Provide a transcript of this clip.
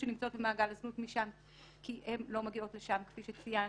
שנמצאות במעגל הזנות משם כי הן לא מגיעות לשם כפי שציינתם,